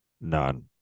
None